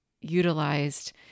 utilized